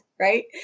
Right